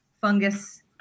fungus